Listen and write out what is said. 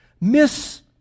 miss